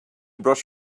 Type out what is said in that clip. brush